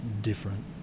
different